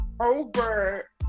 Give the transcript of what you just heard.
over